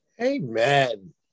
Amen